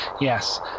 Yes